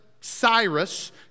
Cyrus